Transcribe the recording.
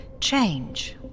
change